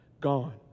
Gone